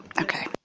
Okay